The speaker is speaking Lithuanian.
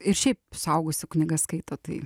ir šiaip suaugusių knygas skaito tai